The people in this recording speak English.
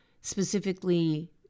specifically